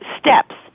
steps